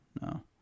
No